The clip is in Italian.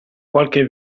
qualche